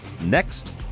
Next